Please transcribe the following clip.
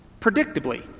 predictably